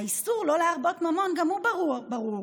האיסור לא להרבות ממון גם הוא ברור,